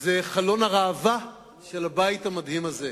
זה חלון הראווה של הבית המדהים הזה.